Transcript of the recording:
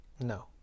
No